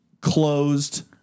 closed